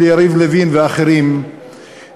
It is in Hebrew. של יריב לוין ואחרים בעניין,